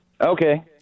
Okay